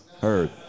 Heard